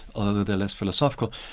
although they're less philosophical.